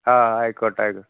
ആ ആയിക്കോട്ടെ ആയിക്കോട്ടെ